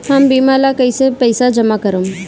हम बीमा ला कईसे पईसा जमा करम?